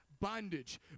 bondage